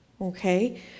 okay